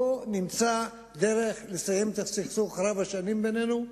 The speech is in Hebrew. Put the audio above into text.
בואו נמצא דרך לסיים את הסכסוך רב השנים בינינו,